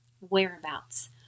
whereabouts